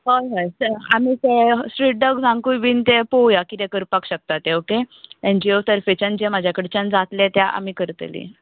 होय होय आमी आमी तें स्ट्रीट डोग्सांकूय बीन तें पळोवया कितें करपाक शकता तें ओके एनजीओ तर्फेच्यान म्हजे कडच्यान जातलें तें आमी करतलीं